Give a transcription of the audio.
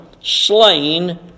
slain